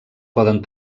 poden